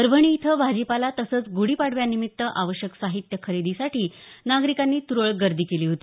परभणी इथं भाजीपाला तसंच ग्रढीपाडव्यानिमित्त आवश्यक साहित्य खरेदीसाठी नागरिकांनी तुरळक गर्दी केली होती